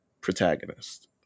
protagonist